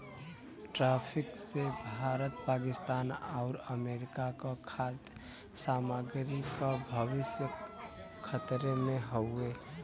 drafting से भारत पाकिस्तान आउर America क खाद्य सामग्री क भविष्य खतरे में हउवे